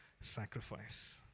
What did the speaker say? sacrifice